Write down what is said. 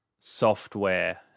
Software